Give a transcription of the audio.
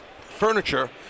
furniture